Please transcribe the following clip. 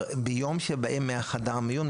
ביום שבו מגיעים מחדר המיון,